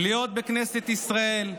להיות בכנסת ישראל,